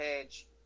page